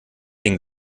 den